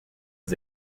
was